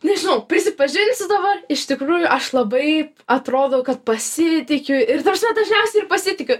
nežinau prisipažinsiu dabar iš tikrųjų aš labai atrodau kad pasitikiu ir ta prasme dažniausiai ir pasitikiu